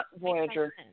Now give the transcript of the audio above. Voyager